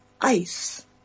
Ice